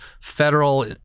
federal